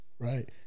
Right